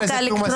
נתקבלה.